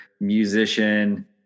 musician